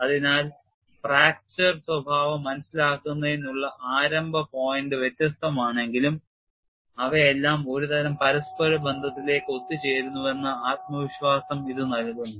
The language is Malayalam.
അതിനാൽ ഫ്രാക്ചർ സ്വഭാവം മനസിലാക്കുന്നതിനുള്ള ആരംഭ പോയിന്റ് വ്യത്യസ്തമാണെങ്കിലും അവയെല്ലാം ഒരുതരം പരസ്പര ബന്ധത്തിലേക്ക് ഒത്തുചേരുന്നുവെന്ന ആത്മവിശ്വാസം ഇത് നൽകുന്നു